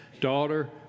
daughter